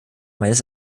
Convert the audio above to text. meines